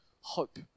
hope